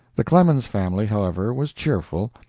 the clemens family, however, was cheerful,